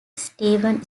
steven